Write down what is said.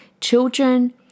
Children